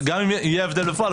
גם אם יהיה הבדל בפועל,